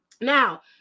Now